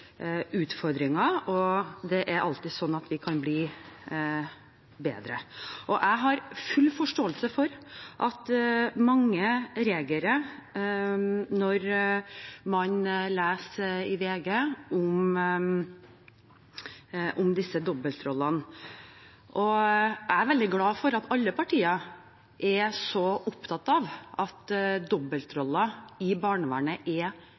utfordringer, og det er alltid slik at vi kan bli bedre. Jeg har full forståelse for at mange reagerer når de leser i VG om disse dobbeltrollene. Jeg er veldig glad for at alle partiene er så opptatt av at dobbeltroller i barnevernet er